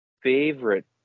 favorite